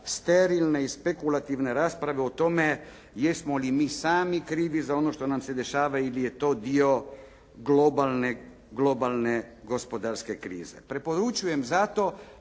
sterilne i spekulativne rasprave o tome jesmo li mi sami krivi za ono što nam se dešava ili je to dio globalne gospodarske krize.